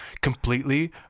completely